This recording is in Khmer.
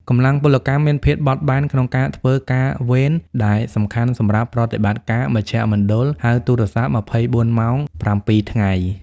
កម្លាំងពលកម្មមានភាពបត់បែនក្នុងការធ្វើការវេន ដែលសំខាន់សម្រាប់ប្រតិបត្តិការមជ្ឈមណ្ឌលហៅទូរស័ព្ទ 24 ម៉ោង 7 ថ្ងៃ។